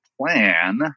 plan